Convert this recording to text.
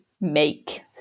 make